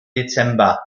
dezember